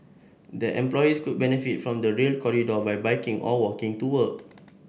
their employees could benefit from the Rail Corridor by biking or walking to work